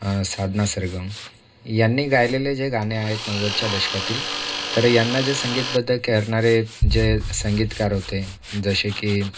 साधना सरगम यांनी गायलेले जे गाणे आहेत नव्वदच्या दशकातील तर यांना जे संगीतबद्ध करणारे जे संगीतकर होते जसे की